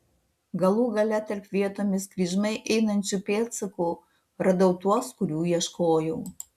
galų gale tarp vietomis kryžmai einančių pėdsakų radau tuos kurių ieškojau